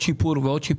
שיפור ועוד שיפור.